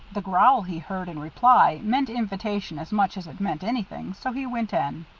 the growl he heard in reply meant invitation as much as it meant anything, so he went in.